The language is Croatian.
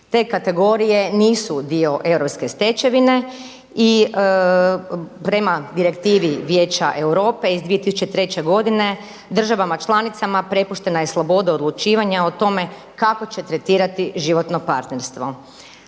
Te kategorije nisu dio europske stečevine i prema Direktivi Vijeća Europe iz 2003. godine državama članicama prepuštena je sloboda odlučivanja o tome kako će tretirati životno partnerstvo.